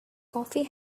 coffee